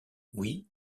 oui